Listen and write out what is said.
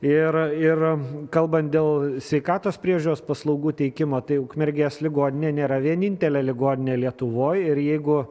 ir ir kalbant dėl sveikatos priežiūros paslaugų teikimo tai ukmergės ligoninė nėra vienintelė ligoninė lietuvoj ir jeigu